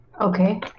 Okay